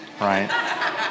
right